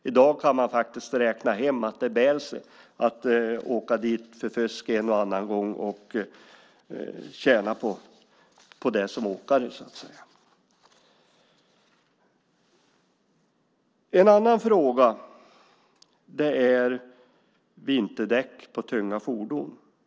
I dag kan man faktiskt räkna hem att det bär sig att åka dit för fusk en och annan gång. Man tjänar ändå på det som åkare. En annan fråga är vinterdäck på tunga fordon.